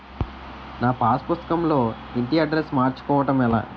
నా పాస్ పుస్తకం లో ఇంటి అడ్రెస్స్ మార్చుకోవటం ఎలా?